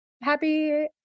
happy